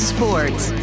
Sports